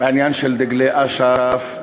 לעניין של דגלי אש"ף,